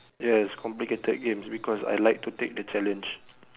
yes complicated games because I like to take the challenge